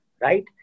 right